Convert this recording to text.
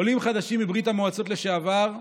עולים חדשים מברית המועצות לשעבר,